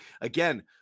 again